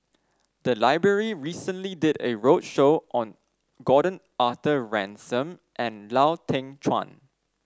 the library recently did a roadshow on Gordon Arthur Ransome and Lau Teng Chuan